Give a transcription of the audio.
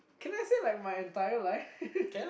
can I say like my entire life